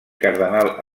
cardenal